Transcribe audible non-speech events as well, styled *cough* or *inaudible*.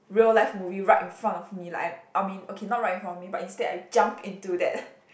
real life movie right in front of me like I I mean okay not right in front of me but instead I jump into that *laughs*